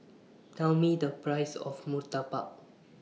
Tell Me The Price of Murtabak